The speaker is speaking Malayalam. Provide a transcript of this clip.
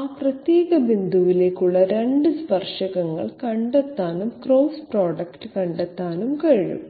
ആ പ്രത്യേക ബിന്ദുവിലേക്കുള്ള 2 സ്പർശകങ്ങൾ കണ്ടെത്താനും ക്രോസ് പ്രൊഡക്റ്റ് കണ്ടെത്താനും കഴിയും